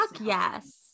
yes